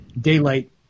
daylight